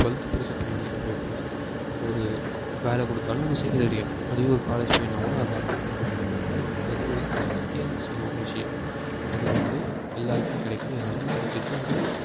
twelfth படித்த பையன்கிட்ட போய் கூட ஒரு வேலை கொடுத்தாலும் அவனுக்கு அதுவே ஒரு காலேஜ் பையன்னால் கூட அதுதான் அதாவது படிப்புன்றது ஒரு அத்தியாவசியமான விஷயம் அது வந்து எல்லோருக்கும் கிடைக்கணும் எல்லோருக்கும் கிடைச்சிட்டுதான் இருக்குது